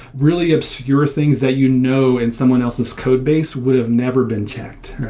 really, obscure things that you know in someone else's code base would've never been checked.